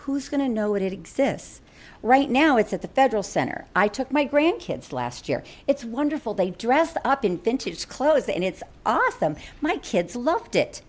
who's going to know it exists right now it's at the federal center i took my grandkids last year it's wonderful they dressed up in vintage clothes and it's awesome my kids loved it